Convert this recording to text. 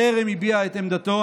טרם הביע את עמדתו.